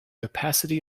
opacity